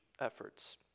efforts